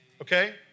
Okay